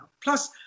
plus